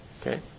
Okay